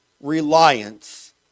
reliance